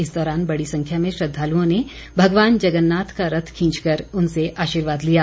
इस दौरान बड़ी संख्या में श्रद्वालुओं ने भगवान जगन्नाथ का रथ खींचकर उनसे आशीर्वाद लिया